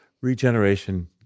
regeneration